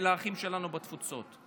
לאחים שלנו בתפוצות?